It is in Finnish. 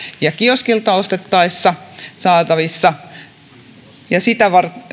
ja kioskilta saatavissa sitä